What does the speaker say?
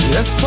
Yes